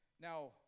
now